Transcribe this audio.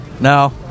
no